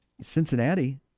Cincinnati